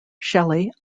shelly